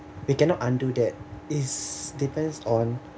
we cannot undo that is depends on